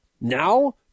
Now